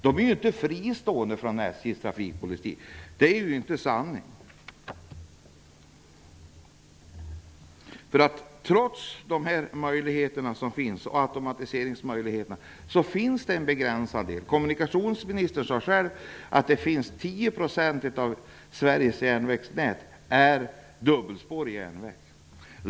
De är inte fristående från SJ:s trafikpolitik. Trots att det finns automatiseringsmöjligheter finns det begränsningar. Kommunikationsministern sade själv att 10 % av Sveriges järnvägsnät är dubbelspårigt.